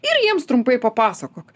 ir jiems trumpai papasakok